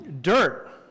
Dirt